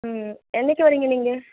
ம் என்னைக்கு வரீங்க நீங்கள்